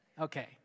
Okay